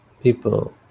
people